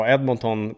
Edmonton